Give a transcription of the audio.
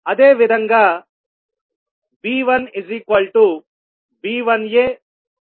అదేవిధంగా V1V1aV1b